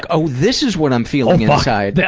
oh this is what i'm feeling inside.